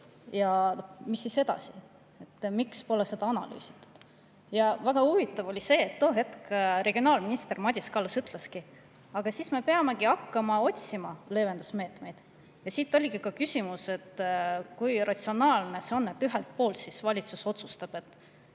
Ja mis siis edasi? Miks pole seda analüüsitud? Väga huvitav oli see, et too hetk regionaalminister Madis Kallas ütles, et siis me peamegi hakkama otsima leevendusmeetmeid. Siit ka küsimus, kui ratsionaalne see on, et ühelt poolt valitsus otsustab, et